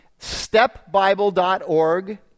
StepBible.org